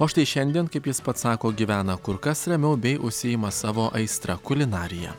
o štai šiandien kaip jis pats sako gyvena kur kas ramiau bei užsiima savo aistra kulinarija